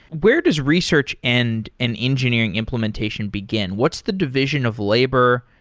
where does research end and engineering implementation begin? what's the division of labor?